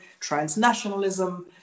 transnationalism